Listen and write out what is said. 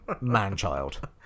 Man-child